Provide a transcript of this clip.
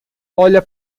olha